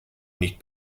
nicht